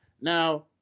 Now